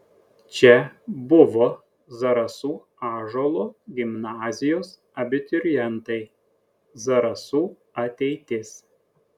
čia buvo zarasų ąžuolo gimnazijos abiturientai zarasų ateitis